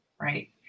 right